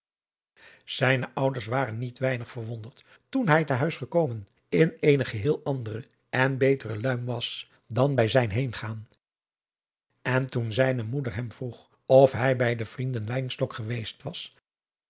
zijne ouders waren niet weinig verwonderd toen hij te huis gekomen in eene geheel andere en betere luim was dan bij zijn heengaan en toen zijne moeder hem vroeg of hij bij de vrienden wynstok geweest was